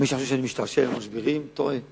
שיהיה ברור.